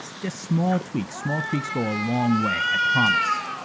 so just small tweaks, small tweaks go a long way, i promise.